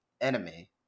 enemy